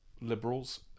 liberals